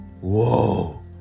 Whoa